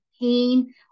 pain